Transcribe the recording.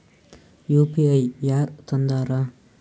UPI ಯಾರ್ ತಂದಾರ?